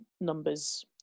numbers